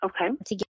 okay